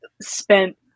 spent